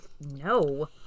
no